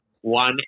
one